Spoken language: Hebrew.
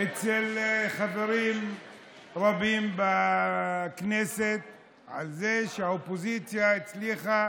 אצל חברים רבים בכנסת על זה שהאופוזיציה הצליחה